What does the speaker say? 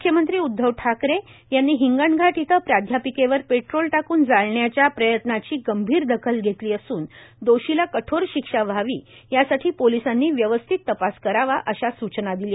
मुख्यमंत्री उद्वव ठाकरे यांनी हिंगणघाट इथं प्राध्यापिकेवर पेट्रोल टाकन जाळण्याच्या प्रयत्नाची गंभीर दखल घेतली असून दोषीला कठोर शिक्षा व्हावी यासाठी पोलिसांनी व्यवस्थित तपास करावा अशा सूचना दिल्या